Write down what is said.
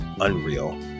unreal